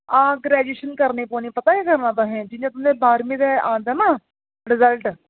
हां ग्रैजुएशन करने पौनी पता केह् करना तुसें जि'यां तुसें बाह्रमीं दा औंदा ना रिजल्ट